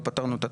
לא פתרנו.